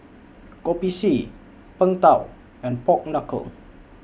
Kopi C Png Tao and Pork Knuckle